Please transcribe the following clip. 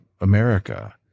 America